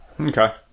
Okay